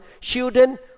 children